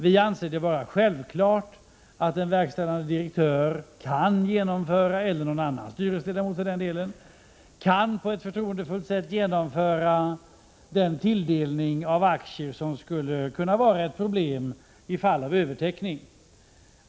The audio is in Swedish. Vi anser det vara självklart att en verkställande direktör — eller någon annan styrelseledamot —- på ett förtroendefullt sätt kan genomföra den tilldelning av aktier som skulle kunna vara ett problem i fall av överteckning.